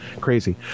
crazy